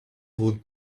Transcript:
would